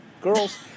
girls